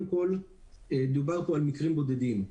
קודם כול, דובר פה על מקרים בודדים.